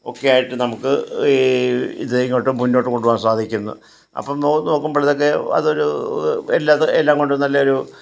ഒക്കെ ആയിട്ട് നമുക്ക് ഈ ഇതിനെ ഇങ്ങോട്ട് മുന്നോട്ട് കൊണ്ടുപോകാൻ സാധിക്കുന്ന് അപ്പോൾ നോക്കാം നോക്കുമ്പോളത്തേക്ക് അത് ഒരു എല്ലാ എല്ലാം കൊണ്ടും നല്ല ഒരു